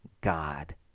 God